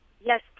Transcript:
Yes